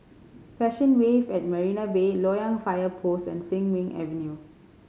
Passion Wave at Marina Bay Loyang Fire Post and Sin Ming Avenue